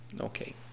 Okay